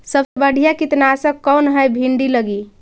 सबसे बढ़िया कित्नासक कौन है भिन्डी लगी?